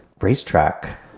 racetrack